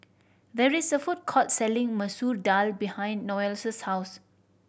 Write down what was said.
there is a food court selling Masoor Dal behind Noelle's house